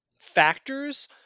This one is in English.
factors